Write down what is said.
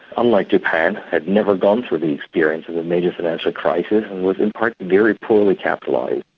unlike japan, had never gone through the experience of the major financial crisis, and was in part very poorly capitalised.